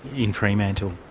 in fremantle.